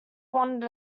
wanted